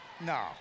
no